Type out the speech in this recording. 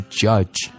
judge